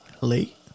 Late